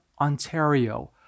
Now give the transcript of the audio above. Ontario